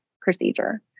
procedure